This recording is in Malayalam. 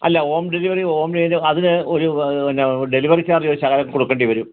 അല്ല ഹോം ഡെലിവെറി ഹോം ചെയ്യുന്ന അതിന് ഒര് പിന്നെ ഡെലിവെറി ചാർജ് ഒര് ശകലം കൊടുക്കേണ്ടി വരും